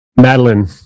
Madeline